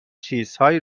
چیزهایی